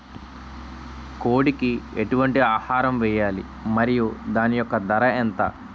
కోడి కి ఎటువంటి ఆహారం వేయాలి? మరియు దాని యెక్క ధర ఎంత?